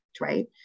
right